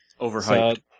Overhyped